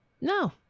No